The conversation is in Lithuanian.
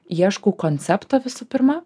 ieškau koncepto visų pirma